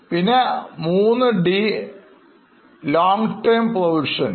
പിന്നെ3D is long term provisions ആണ്